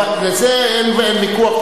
לזה אין ויכוח,